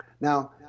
Now